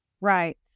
Right